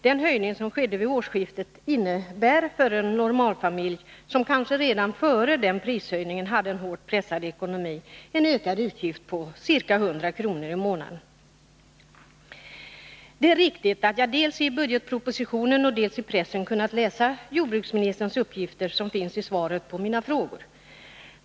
Den höjning som skedde vid årsskiftet innebär för en normalfamilj — som kanske redan före den prishöjningen hade en hårt pressad ekonomi — en ökad utgift på ca 100 kr. i månaden. Det är riktigt att jag dels i budgetpropositionen, dels i pressen kunnat läsa jordbruksministerns uppgifter som finns i svaret på mina frågor.